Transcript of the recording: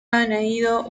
añadido